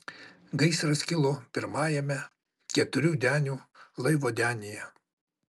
gaisras kilo pirmajame keturių denių laivo denyje